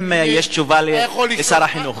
אם יש תשובה לשר החינוך.